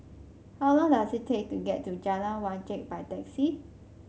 how long does it take to get to Jalan Wajek by taxi